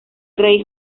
rey